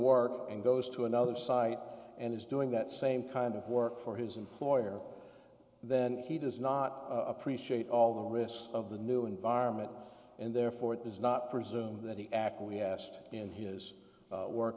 work and goes to another site and is doing that same kind of work for his employer then he does not appreciate all the risks of the new environment and therefore does not presume that he acquiesced in his work